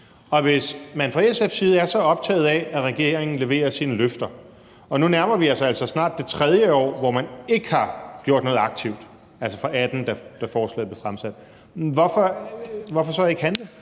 Og hvis man fra SF's side er så optaget af, at regeringen leverer sine løfter, og nu nærmer vi os altså snart det tredje år, hvor man ikke har gjort noget aktivt, altså fra 2018, da forslaget blev fremsat, hvorfor så ikke handle?